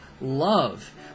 love